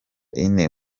ine